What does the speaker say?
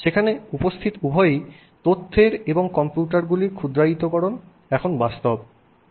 সেখানে উপস্থিত উভয়ই তথ্যের এবং কম্পিউটারগুলির ক্ষুদ্রায়িতকরণ এখন বাস্তব